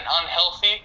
unhealthy